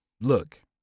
look